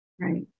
Right